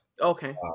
Okay